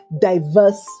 diverse